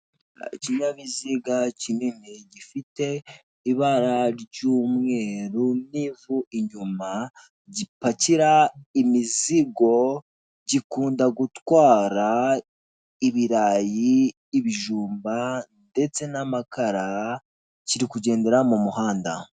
Ikinyabiziga kinini gifite ibara ry'umweru n'ivu inyuma, gipakira imizigo gikunda gutwara ibirayi, ibijumba, ndetse n'amakara kiri kugendera mu muhanda.